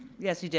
yes, he did.